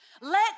let